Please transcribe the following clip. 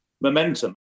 momentum